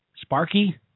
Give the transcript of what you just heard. sparky